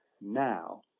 now